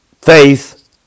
faith